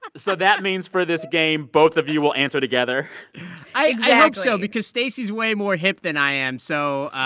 ah so that means, for this game, both of you will answer together? exactly i hope so because stacey's way more hip than i am, so.